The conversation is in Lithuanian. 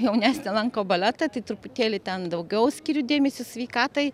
jaunesnė lanko baletą tai truputėlį ten daugiau skiriu dėmesio sveikatai